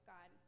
God